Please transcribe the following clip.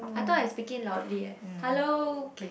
I thought I speaking loudly eh hello K